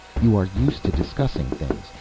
you are used to discussing things.